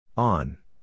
On